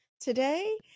today